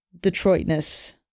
Detroitness